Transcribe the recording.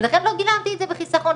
ולכן לא גילמתי את זה בחיסכון.